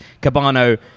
Cabano